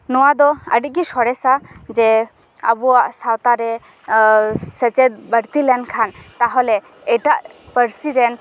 ᱱᱚᱣᱟ ᱫᱚ ᱟᱰᱤᱜᱮ ᱥᱚᱨᱮᱥᱟ ᱡᱮ ᱟᱵᱚᱣᱟᱜ ᱥᱟᱶᱛᱟᱨᱮ ᱥᱮᱪᱮᱫ ᱵᱟᱹᱲᱛᱤ ᱞᱮᱱᱠᱷᱟᱱ ᱛᱟᱦᱚᱞᱮ ᱮᱴᱟᱜ ᱯᱟᱹᱨᱥᱤᱨᱮᱱ